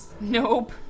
Nope